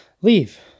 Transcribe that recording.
leave